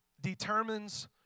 Determines